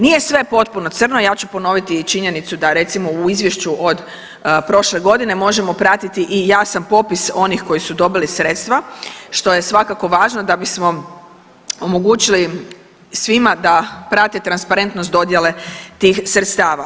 Nije sve potpuno crno, ja ću ponoviti i činjenicu da, recimo, u izvješću od prošle godine možemo pratiti i jasan popis onih koji su dobili sredstva, što je svakako važno da bismo omogućili svima da prate transparentnost dodjele tih sredstava.